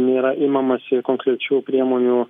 nėra imamasi konkrečių priemonių